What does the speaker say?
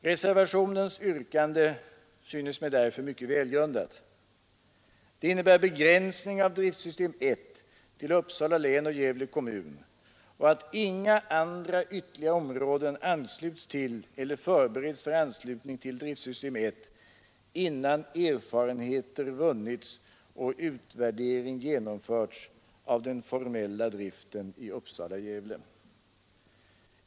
Reservationens yrkande synes mig därför mycket välgrundat. Det innebär begränsning av driftsystem 1 till Uppsala län och Gävle kommun och att inga ytterligare områden ansluts till eller förbereds för anslutning till driftsystem 1 innan erfarenheter vunnits och utvärdering genomförts av den formella driften i Uppsala-Gävle.